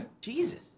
Jesus